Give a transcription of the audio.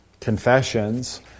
confessions